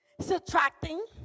subtracting